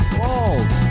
balls